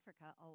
Africa